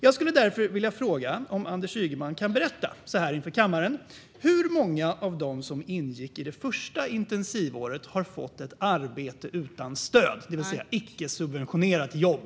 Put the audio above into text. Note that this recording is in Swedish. Jag skulle därför vilja fråga om Anders Ygeman kan berätta inför kammaren hur många av dem som ingick i det första intensivåret som hittills har fått ett arbete utan stöd, det vill säga ett icke-subventionerat jobb.